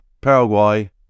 Paraguay